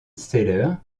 seller